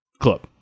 club